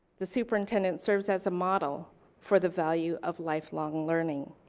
the superintendent serves as a model for the value of life long learning.